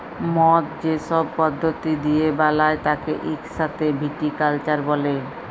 মদ যে সব পদ্ধতি দিয়ে বালায় তাকে ইক সাথে ভিটিকালচার ব্যলে